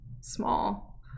small